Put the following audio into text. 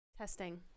Testing